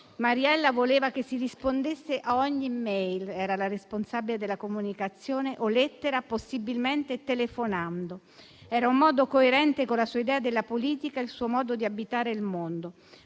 Mariella voleva che si rispondesse a ogni *mail* o lettera - era la responsabile della comunicazione - possibilmente telefonando. Era un modo coerente con la sua idea della politica, il suo modo di abitare il mondo.